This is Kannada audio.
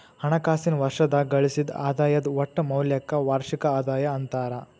ಹಣಕಾಸಿನ್ ವರ್ಷದಾಗ ಗಳಿಸಿದ್ ಆದಾಯದ್ ಒಟ್ಟ ಮೌಲ್ಯಕ್ಕ ವಾರ್ಷಿಕ ಆದಾಯ ಅಂತಾರ